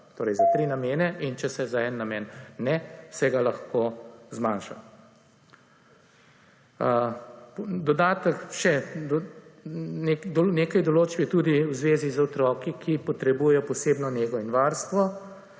Torej za tri namene, in če se za en namen ne, se ga lahko zmanjša. Dodatek, še, nekaj določb je tudi v zvezi z otroki, ki potrebujejo posebno nego in varstvo